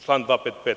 Član 255.